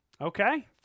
Okay